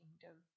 kingdom